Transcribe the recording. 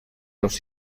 dos